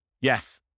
Yes